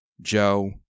Joe